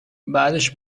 بعدش